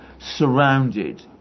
surrounded